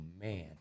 man